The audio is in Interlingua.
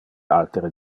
altere